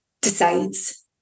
decides